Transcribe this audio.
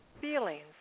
feelings